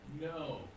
No